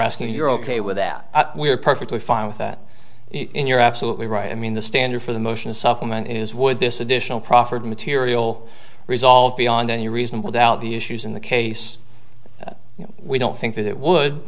asking if you're ok with that we're perfectly fine with that in your absolutely right i mean the standard for the motion to supplement is would this additional proffered material resolve beyond any reasonable doubt the issues in the case that we don't think that it would